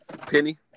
Penny